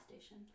station